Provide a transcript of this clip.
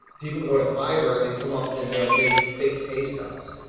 people can go to fiverr and come up and they'll make fake pay stubs,